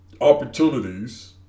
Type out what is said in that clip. opportunities